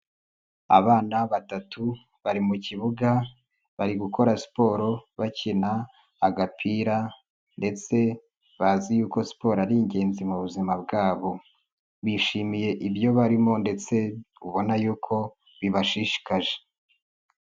Abana batatu bari mu kibuga, bari gukora siporo, bakina agapira ndetse bazi yuko siporo ari ingenzi mu buzima bwabo. Bishimiye ibyo barimo ndetse ubona yuko bibashishikaje.